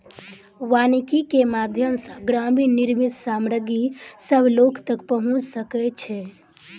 वानिकी के माध्यम सॅ ग्रामीण निर्मित सामग्री सभ लोक तक पहुँच सकै छै